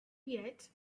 yet